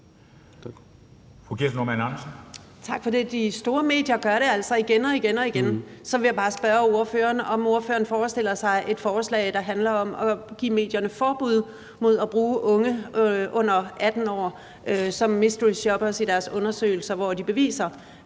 Tak for det. De store medier gør det altså igen og igen. Så vil jeg bare spørge ordføreren, om ordføreren forestiller sig et forslag, der handler om at give medierne forbud mod at bruge unge under 18 år som mysteryshoppers i deres undersøgelser, hvor de beviser,